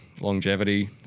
longevity